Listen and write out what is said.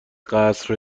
قصر